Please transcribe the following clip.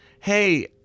hey